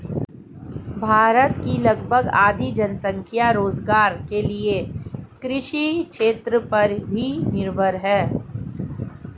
भारत की लगभग आधी जनसंख्या रोज़गार के लिये कृषि क्षेत्र पर ही निर्भर है